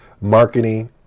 marketing